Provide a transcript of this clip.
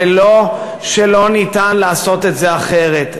ולא שלא ניתן לעשות את זה אחרת.